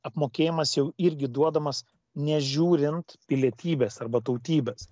apmokėjimas jau irgi duodamas nežiūrint pilietybės arba tautybės